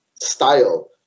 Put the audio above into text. Style